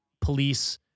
police